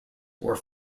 were